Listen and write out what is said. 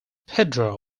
pedro